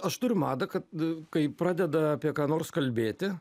aš turiu madą kad kai pradeda apie ką nors kalbėti